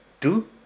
two